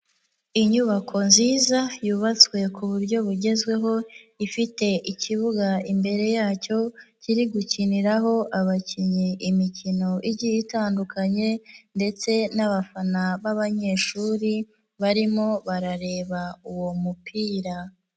Inyubako nziza yubatswe ku buryo bugezweho, ifite ikibuga imbere yacyo kiri gukiniraho abakinnyi imikino igi itandukanye ndetse n'abafana b'abanyeshuri barimo barareba uwo mupira.